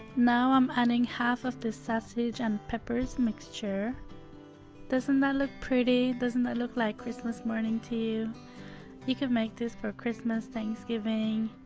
now i'm adding half of the sausage and peppers mixture doesn't that look pretty doesn't that look like christmas morning to you? you can make this for christmas thanksgiving.